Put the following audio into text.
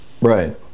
Right